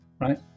right